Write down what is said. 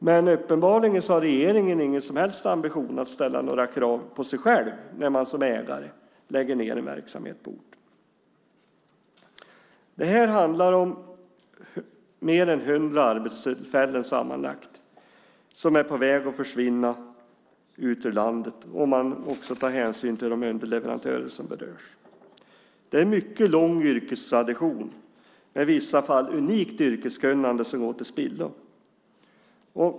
Men uppenbarligen har regeringen ingen som helst ambition att ställa några krav på sig själva som ägare när man lägger ned en verksamhet på orten. Om man tar hänsyn även till de underleverantörer som berörs handlar detta om sammanlagt fler än 100 arbetstillfällen som är på väg att försvinna ut ur landet. En mycket lång yrkestradition med i vissa fall unikt yrkeskunnande går till spillo.